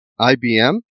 IBM